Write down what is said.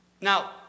Now